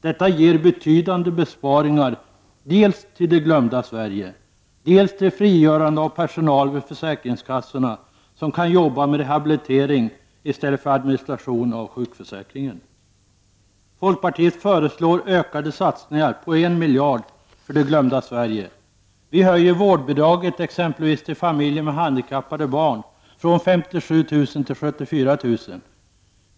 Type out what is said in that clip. Detta ger betydande besparingar dels till det glömda Sverige, dels till frigörande av personal vid försäkringskassorna som kan jobba med rehabilitering i stället för administration av sjukförsäkringen. Folkpartiet föreslår ökade satsningar på en miljard för det glömda Sverige: Vi höjer vårdbidraget till familjer med handikappade barn från 57 000 till 74 000 kr.